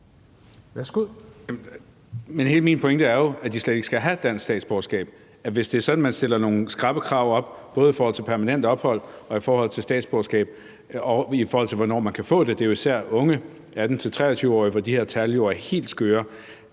Men hele min pointe er, at de slet ikke skal have dansk statsborgerskab. Hvis det er sådan, at man stiller nogle skrappe krav op, og det er både i forhold til permanent ophold, i forhold til statsborgerskab, og i forhold til hvornår man kan få det – det er jo især for unge 18-23-årige, at de her tal er helt skøre